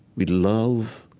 we love